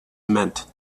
meant